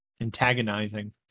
antagonizing